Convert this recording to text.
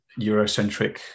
Eurocentric